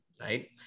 Right